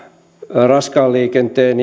raskaan liikenteen